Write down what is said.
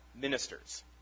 ministers